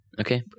Okay